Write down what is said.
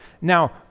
Now